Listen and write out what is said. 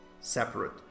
separate